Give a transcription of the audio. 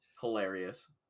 Hilarious